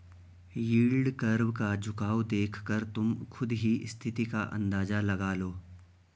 yield curve का झुकाव देखकर तुम खुद ही स्थिति का अंदाजा लगा लो